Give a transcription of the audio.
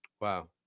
Wow